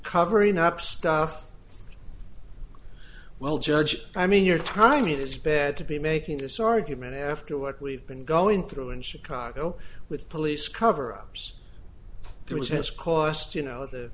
covering up stuff well judge i mean your time is bad to be making this argument after what we've been going through in chicago with police cover ups there was this cost you know the